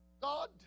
God